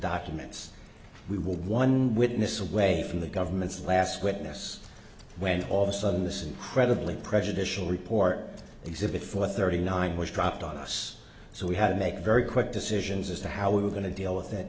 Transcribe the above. documents we will one witness away from the government's last witness when all of a sudden this incredibly prejudicial report exhibit four thirty nine was dropped on us so we had to make very quick decisions as to how we were going to deal with